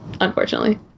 unfortunately